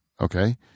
okay